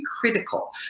critical